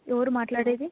ఎవరు మాట్లాడేది